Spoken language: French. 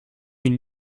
une